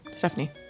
Stephanie